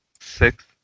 Six